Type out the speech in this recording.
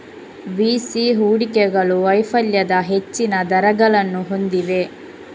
VC ಹೂಡಿಕೆಗಳು ವೈಫಲ್ಯದ ಹೆಚ್ಚಿನ ದರಗಳನ್ನು ಹೊಂದಿವೆ